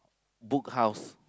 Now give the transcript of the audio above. Book House